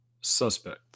suspect